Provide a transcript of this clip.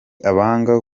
abanga